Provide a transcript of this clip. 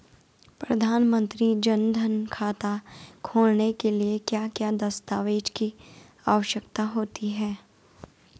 प्रधानमंत्री जन धन खाता खोलने के लिए क्या क्या दस्तावेज़ की आवश्यकता होती है?